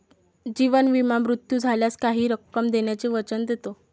जीवन विमा मृत्यू झाल्यास काही रक्कम देण्याचे वचन देतो